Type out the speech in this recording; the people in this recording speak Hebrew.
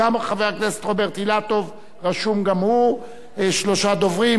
ראשון הדוברים,